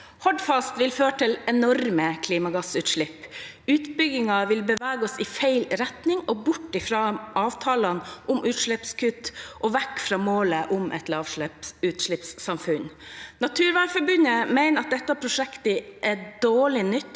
Hordfast vil føre til enorme klimagassutslipp. Utbyggingen vil bevege oss i feil retning, bort fra avtaler om utslippskutt og vekk fra målet om et lavutslippssamfunn. Naturvernforbundet mener at dette prosjektet er dårlig nytt